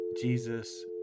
Jesus